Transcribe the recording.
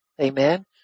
Amen